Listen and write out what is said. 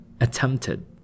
attempted